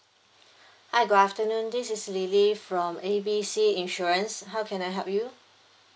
hi good afternoon this is lily from A B C insurance how can I help you